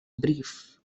brief